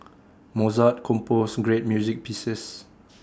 Mozart composed great music pieces